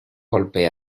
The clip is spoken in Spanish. golpe